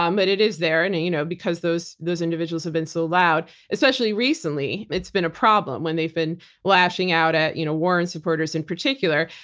um but it is there. and and you know because those those individuals have been so loud, especially recently, it's been a problem when they've been lashing out at you know warren supporters in particular.